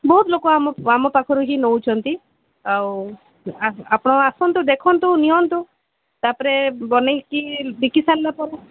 ବହୁତ ଲୋକ ଆମକୁ ଆମ ପାଖରୁ ହିଁ ନେଉଛନ୍ତି ଆଉ ଆପଣ ଆସନ୍ତୁ ଦେଖନ୍ତୁ ନିଅନ୍ତୁ ତାପରେ ବନେଇକି ବିକି ସାରିଲାପରେ